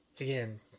again